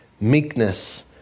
meekness